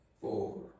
four